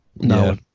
No